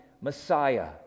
Messiah